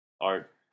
art